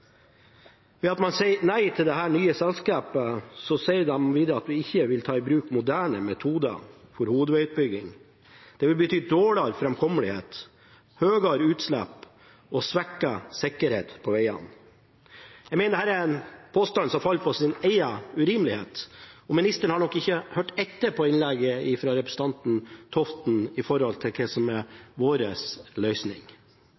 Ved at man sier nei til dette nye selskapet, sier de videre at vi ikke vil ta i bruk moderne metoder for hovedvegutbygging, at det vil bety dårligere fremkommelighet, høyere utslipp og svekket sikkerhet på vegene. Jeg mener dette er en påstand som faller på sin egen urimelighet, og ministeren har nok ikke hørt etter under innlegget fra representanten Toften om hva som er vår løsning.